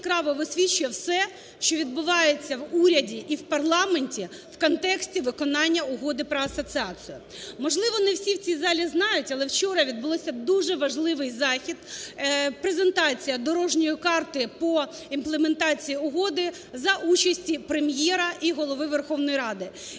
все, що відбувається в уряді і в парламенті в контексті виконання Угоди про асоціацію. Можливо, не всі в цій залі знають, але вчора відбувся дуже важливий захід, презентація дорожньої карти по імплементації угоди за участю Прем'єра і Голови Верховної Ради.